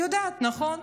היא יודעת, נכון?